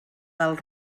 del